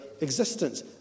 existence